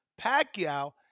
Pacquiao